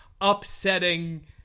upsetting